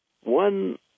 One